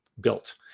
built